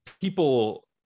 people